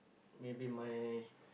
maybe my